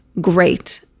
great